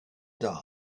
die